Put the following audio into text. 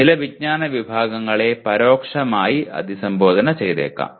ചില വിജ്ഞാന വിഭാഗങ്ങളെ പരോക്ഷമായി അഭിസംബോധന ചെയ്തേക്കാം